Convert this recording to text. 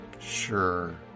Sure